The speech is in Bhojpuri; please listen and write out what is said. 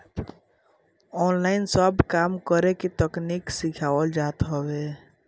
ऑनलाइन सब काम के करे के तकनीकी सिखावल जात हवे